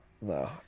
no